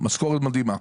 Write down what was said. משכורת מדהימה.